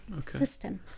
system